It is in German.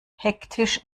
hektisch